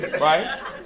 right